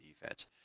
defense